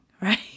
Right